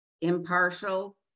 impartial